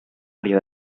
àrea